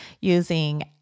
using